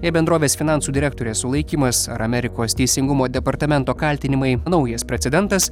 jei bendrovės finansų direktorės sulaikymas ar amerikos teisingumo departamento kaltinimai naujas precedentas